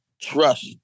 trust